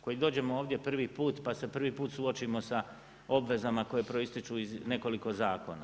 Koji dođemo ovdje prvi put pa se prvi put suočimo sa obvezama koji proističu iz nekoliko zakona.